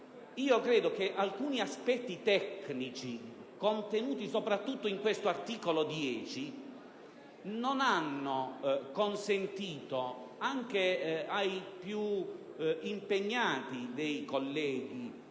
Credo che alcuni aspetti tecnici contenuti soprattutto in questo articolo 10 non abbiano consentito anche ai colleghi